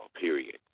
period